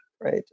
right